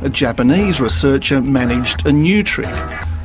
a japanese researcher managed a new trick